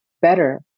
better